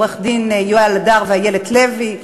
עורכי-דין יואל הדר ואיילת לוי,